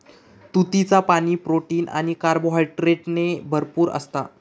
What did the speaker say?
तुतीचा पाणी, प्रोटीन आणि कार्बोहायड्रेटने भरपूर असता